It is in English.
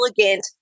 elegant